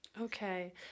Okay